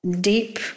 deep